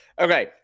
okay